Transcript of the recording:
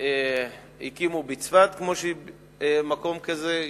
הקימו בצפת מקום כזה,